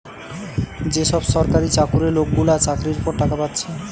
যে সব সরকারি চাকুরে লোকগুলা চাকরির পর টাকা পাচ্ছে